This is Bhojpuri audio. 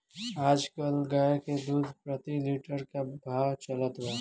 आज कल गाय के दूध प्रति लीटर का भाव चलत बा?